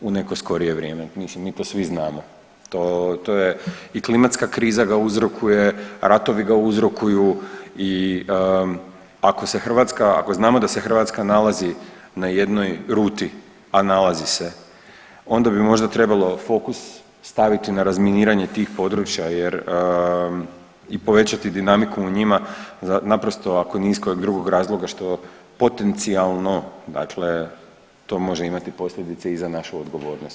u neko skorije vrijeme, mislim mi to svi znamo, to, to je i klimatska kriza ga uzrokuje, ratovi ga uzrokuju i ako se Hrvatska, ako znamo da se Hrvatska nalazi na jednoj ruti, a nalazi se onda bi možda trebalo fokus staviti na razminiranje tih područja jer i povećati dinamiku u njima naprosto ako ni kojeg drugog razloga što potencijalno dakle to može imati posljedice i za našu odgovornost.